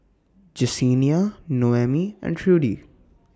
Jessenia Noemi and Trudy